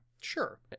Sure